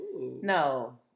No